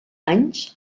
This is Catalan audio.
anys